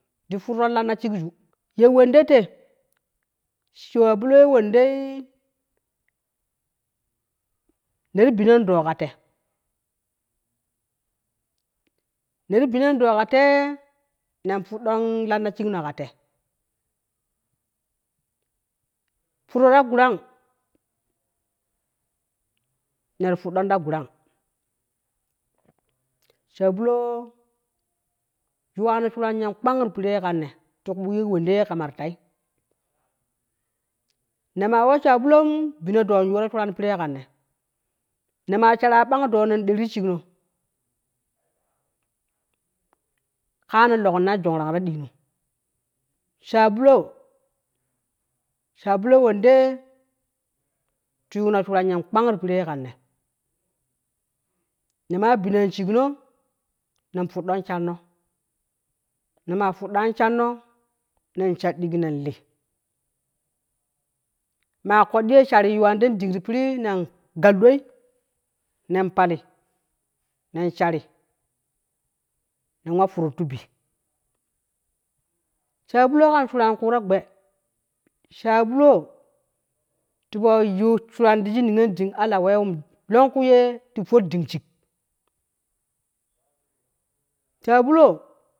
Ti ⼲urron lanna shigju ye wena te shuubulo ye wendei neh binon doo ka te. neti binon doo ka tee nen ⼲uddon lanna shigno kate, ⼲urro ta gurang ne ti ⼲udɗon ta gurang shabuloo yuwa no shuran yen kpang ti piree kan ne ti kuu buk ye wende ye kama ti tai, ne ma wa shabuloom bino doo in yooro shuran ti pirce kanne ne ma sharga bang doo nen derti shigno kaa ne logunnai jongrang to dij no, shabulo, shabulo wende ti yuuno shuran yen kpang ti piree kan ne, ne maa biine shigno nen ⼲uddon sharno, ne maa ⼲udɗan sharno, nen shar diiji nen li, maa trode ye shar yuwaniden ding ti piri nen gal doi nen pali nen shari nen wa ⼲urruttu bi shabulo kan shuran kuuro gbe, shabulo tipo yu shuran ti shig niyon ding ala wewim longku ye ti ⼲ar ding shig shabulo.